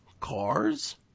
Cars